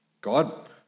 God